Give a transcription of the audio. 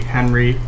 Henry